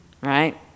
Right